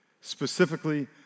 specifically